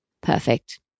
Perfect